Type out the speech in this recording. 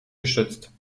geschützt